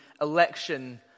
election